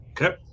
Okay